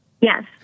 Yes